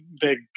big